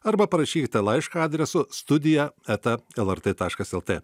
arba parašykite laišką adresu studija eta lrt taškas lt